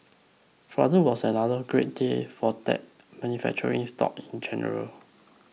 Friday was another great day for tech manufacturing stocks in general